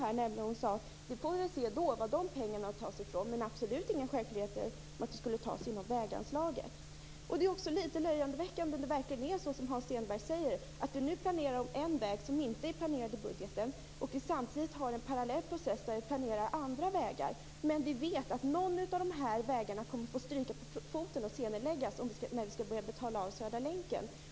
Hon sade då att man får se varifrån dessa pengar skall tas men att det absolut inte var någon självklarhet att de skulle tas från väganslaget. Det är litet löjeväckande om det verkligen är som Hans Stenberg säger, nämligen att vi nu planerar en väg som inte är planerad i budgeten och att vi samtidigt har en parallell process där vi planerar andra vägar. Men vi vet att någon av dessa vägar kommer att få stryka på foten och senareläggas när vi skall börja betala av Södra länken.